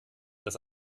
dass